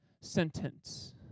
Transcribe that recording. sentence